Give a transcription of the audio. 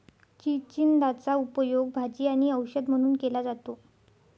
चिचिंदाचा उपयोग भाजी आणि औषध म्हणून केला जातो